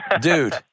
Dude